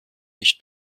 nicht